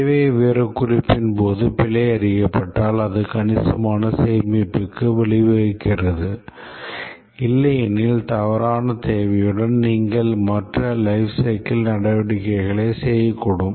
தேவை விவரக்குறிப்பின் போது பிழை அறியப்பட்டால் அது கணிசமான சேமிப்புக்கு வழிவகுக்கிறது இல்லையெனில் தவறான தேவையுடன் நீங்கள் மற்ற லைப் சைக்கிள் நடவடிக்கைகளைச் செய்யக்கூடும்